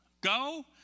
go